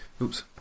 Oops